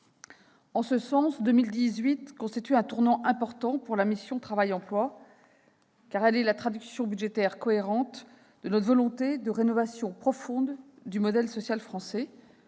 de vue, 2018 constitue un tournant important pour la mission « Travail et emploi », traduction budgétaire cohérente de notre volonté de rénovation profonde du modèle social français.